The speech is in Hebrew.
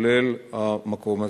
כולל המקום הזה.